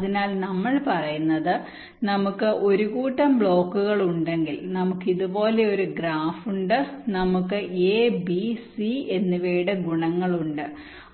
അതിനാൽ നമ്മൾ പറയുന്നത് നമുക്ക് ഒരു ചെറിയ കൂട്ടം ബ്ലോക്കുകൾ ഉണ്ടെങ്കിൽ നമുക്ക് ഇതുപോലൊരു ഗ്രാഫ് ഉണ്ട് നമുക്ക് a b c എന്നിവയുടെ ഗുണങ്ങളുണ്ട്